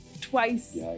twice